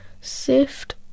sift